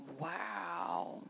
Wow